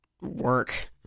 work